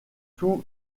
tout